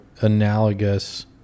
analogous